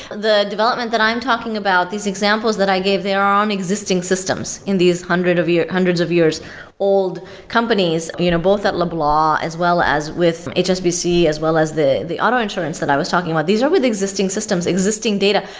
the development that i'm talking about, these examples that i gave, they are on existing systems in these hundreds of yeah hundreds of years old companies you know both at loblaw as well as with hsbc as well as the the auto insurance that i was talking about. these are with existing systems, existing data,